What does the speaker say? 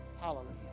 Hallelujah